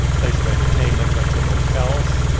place of entertainment that for motels,